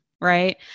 Right